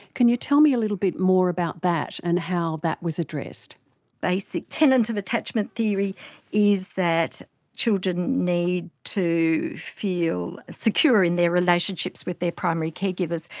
can you tell me a little bit more about that and how that was addressed? the basic tenant of attachment theory is that children need to feel secure in their relationships with their primary caregivers,